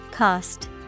Cost